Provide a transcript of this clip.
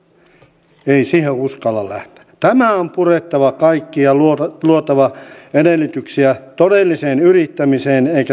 nyt tutkimus kertoo että meidän pitäisi pystyä hyödyntämään omia metsähiilinielujamme nykyistä paremmin ja tämä tapahtuisi parhaiten esimerkiksi niin että saisimme nämä hiilivarastot pysymään mahdollisimman kauan tuotteissa